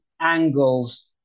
angles